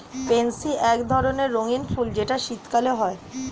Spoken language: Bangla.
পেনসি এক ধরণের রঙ্গীন ফুল যেটা শীতকালে হয়